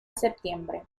septiembre